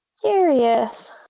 Curious